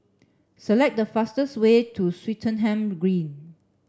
select the fastest way to Swettenham Green